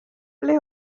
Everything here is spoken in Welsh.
ble